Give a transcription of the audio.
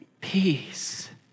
peace